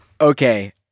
Okay